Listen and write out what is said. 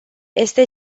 este